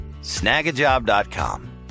Snagajob.com